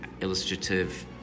illustrative